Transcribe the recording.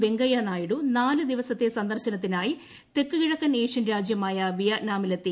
വെങ്കയ്യൂ നിറ്റിഡു നാല് ദിവസ സന്ദർശനത്തിനായി തെക്ക് കിഴക്കൻ ഏഷ്യൻ രാജ്യമായ വിയറ്റ്നാമിലെത്തി